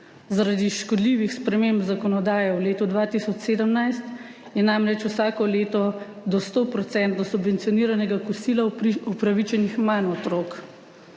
Zaradi škodljivih sprememb zakonodaje v letu 2017 je namreč vsako leto do 100 % subvencioniranega kosila upravičenih manj otrok,